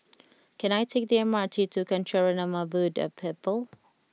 can I take the M R T to Kancanarama Buddha Temple